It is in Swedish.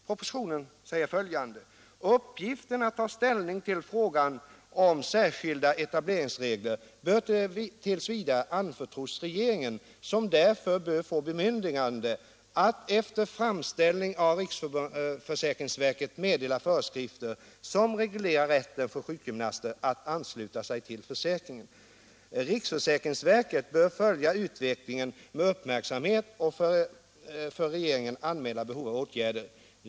Propositionen säger följande: ”Uppgiften att ta ställning till frågan om särskilda etableringsregler bör t. v. anförtros regeringen som därför bör få bemyndigande att efter framställning av riksförsäkringsverket meddela föreskrifter som reglerar rätten för sjukgymnaster att ansluta sig till försäkringen. Riksförsäkringsverket bör följa utvecklingen med uppmärksamhet och för regeringen anmäla behovet av åtgärder.